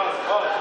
למה אתה מתעלם מזה?